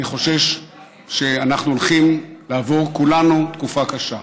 אני חושש שאנחנו הולכים לעבור, כולנו, תקופה קשה.